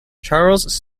charles